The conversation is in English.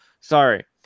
sorry